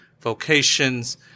vocations